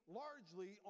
largely